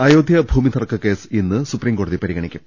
അയോധ്യ ഭൂമിതർക്കകേസ് ഇന്ന് സുപ്രീംകോടതി പരിഗ ണിക്കും